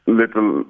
little